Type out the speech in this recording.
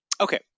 Okay